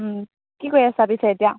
কি কৰি আছা পিছে এতিয়া